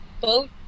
boat